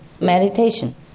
meditation